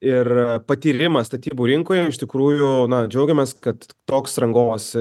ir patyrimą statybų rinkoje iš tikrųjų na džiaugiamės kad toks rangovas